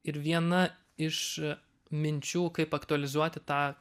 ir viena iš minčių kaip aktualizuoti tą